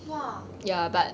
!wah!